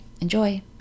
Enjoy